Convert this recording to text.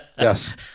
Yes